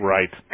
Right